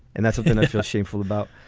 and that's something i feel shameful about.